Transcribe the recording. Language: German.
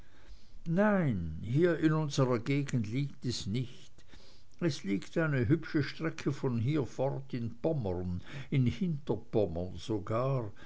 nein hier in unserer gegend liegt es nicht es liegt eine hübsche strecke von hier fort in pommern in hinterpommern sogar